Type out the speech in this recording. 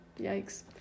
Yikes